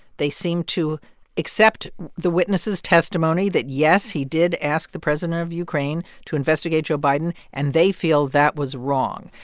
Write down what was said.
they seemed to accept the witnesses testimony that, yes, he did ask the president of ukraine to investigate joe biden, and they feel that was wrong.